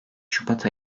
şubat